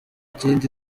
kindi